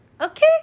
Okay